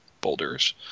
boulders